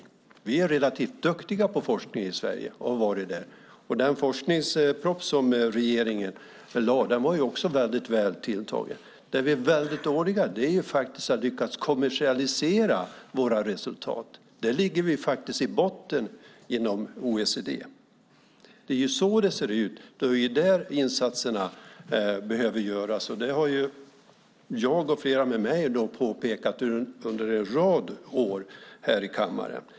Vi är och har varit relativt duktiga på forskning i Sverige. Den forskningsproposition som regeringen lade fram var också väl tilltagen. Det vi är dåliga på är att kommersialisera våra resultat. Där ligger vi i botten inom OECD. Det är där insatserna behöver göras. Det har jag, och flera med mig, påpekat under en rad år här i kammaren.